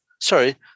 sorry